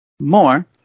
More